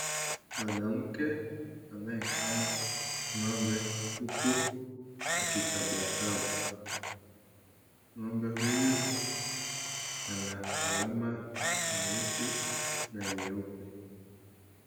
Mwanamke anayekama ng'ombe huku akitabasamu. Ng'ombe huyu ana alama nyeusi na nyeupe.